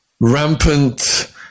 rampant